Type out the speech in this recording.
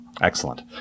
Excellent